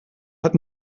hat